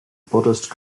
buddhist